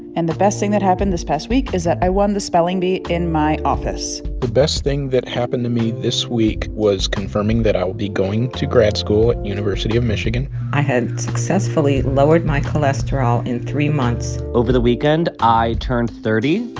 and the best thing that happened this past week is that i won the spelling bee in my office the best thing that happened to me this week was confirming that i will be going to grad school at university of michigan i had successfully lowered my cholesterol in three months over the weekend, i turned thirty.